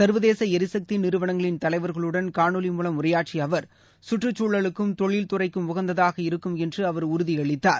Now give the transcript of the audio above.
சர்வதேசளரிசக்திநிறுவனங்களின் தலைவர்களுடன் காணொளி மூலம் உரையாற்றியஅவர் சுற்றுச் சூழலுக்கும் தொழில் துறைக்கும் உகந்ததாக இருக்கும் என்றுஅவர் உறுதியளித்தார்